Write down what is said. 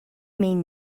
mean